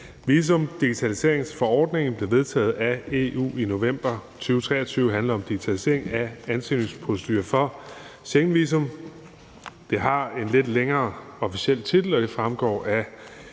Visumdigitaliseringsforordningen blev vedtaget af EU i november 2023, og den handler om digitalisering af ansøgningsproceduren for Schengenvisum. Det har en lidt længere officiel titel, og den fremgår af